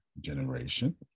generation